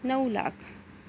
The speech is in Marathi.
नऊ लाख